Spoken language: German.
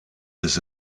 des